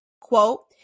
Quote